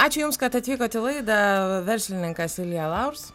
ačiū jums kad atvykot į laidą verslininkas ilja laurs